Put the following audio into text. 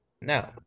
No